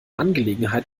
angelegenheit